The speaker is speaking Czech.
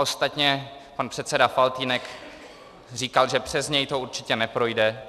Ostatně pan předseda Faltýnek říkal, že přes něj to určitě neprojde.